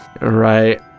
Right